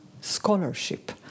scholarship